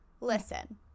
Listen